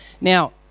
Now